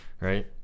Right